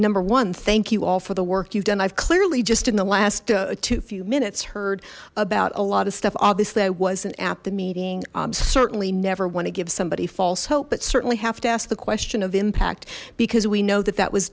number one thank you all for the work you've done i've clearly just in the last few minutes heard about a lot of stuff obviously i wasn't at the meeting certainly never want to give somebody false hope but certainly have to ask the question of impact because we know that that was